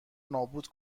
نابود